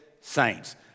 saints